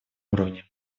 уровне